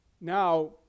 Now